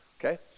Okay